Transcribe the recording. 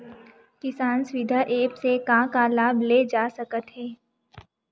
किसान सुविधा एप्प से का का लाभ ले जा सकत हे?